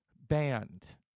band